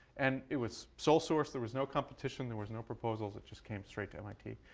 and it was sole source. there was no competition. there was no proposals. it just came straight mit.